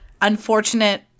unfortunate